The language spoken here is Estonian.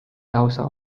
lausa